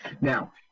Now